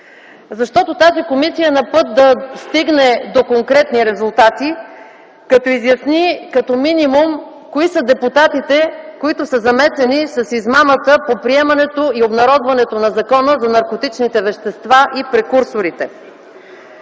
Тази комисия е на път да стигне до конкретни резултати, да изясни като минимум кои са депутатите, които са замесени с измамата по приемането и обнародването на Закона за контрол върху наркотичните вещества и прекурсорите.